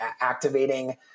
activating